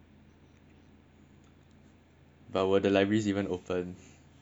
but would the libraries even open